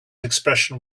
expression